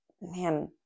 man